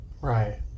right